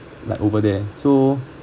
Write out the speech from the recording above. like over there so